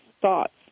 thoughts